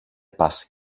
πας